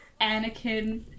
Anakin